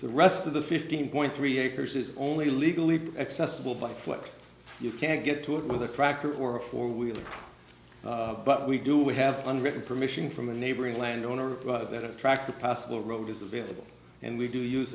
the rest of the fifteen point three acres is only legally accessible by flick you can't get to it with a tractor or a four wheeler but we do we have an written permission from a neighboring landowner that attracts the possible road is available and we do use